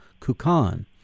Kukan